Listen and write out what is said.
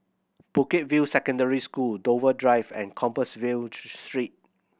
Bukit View Secondary School Dover Drive and Compassvale Street